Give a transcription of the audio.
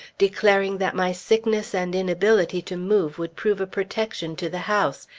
declaring that my sickness and inability to move would prove a protection to the house,